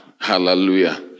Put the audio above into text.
Hallelujah